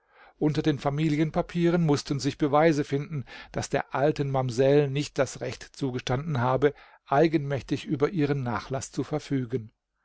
unter den familienpapieren mußten sich beweise finden daß der alten mamsell nicht das recht zugestanden habe eigenmächtig über ihren nachlaß zu verfügen